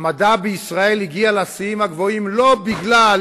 המדע בישראל הגיע לשיאים הגבוהים לא בגלל